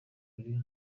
buri